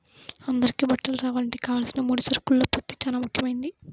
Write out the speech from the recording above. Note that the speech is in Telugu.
అందరికీ బట్టలు రావాలంటే కావలసిన ముడి సరుకుల్లో పత్తి చానా ముఖ్యమైంది